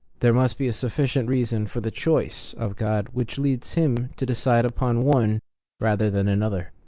there must be a sufficient reason for the choice of god, which leads him to decide upon one rather than another